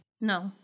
No